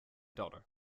daughter